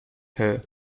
her